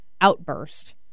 outburst